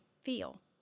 feel